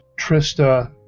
Trista